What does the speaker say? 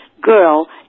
girl